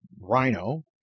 rhino